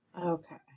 Okay